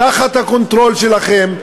תחת הקונטרול שלכם,